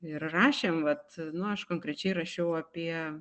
ir rašėm vat nu aš konkrečiai rašiau apie